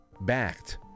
backed